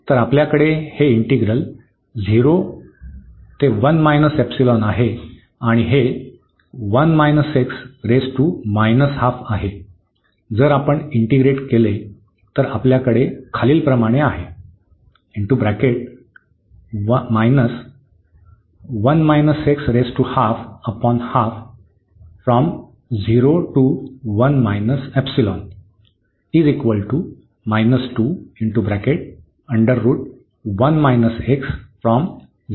तर आपल्याकडे हे इंटीग्रल 0 ते आहे आणि हे आहे जर आपण इंटीग्रेट केले तर आपल्याकडे खालीलप्रमाणे आहे